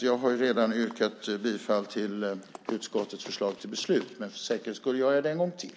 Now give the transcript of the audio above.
Jag har redan yrkat bifall till utskottets förslag till beslut, men för säkerhets skull gör jag det en gång till.